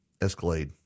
Escalade